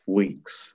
weeks